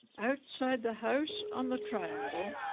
outside the house on the triangle.